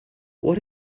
what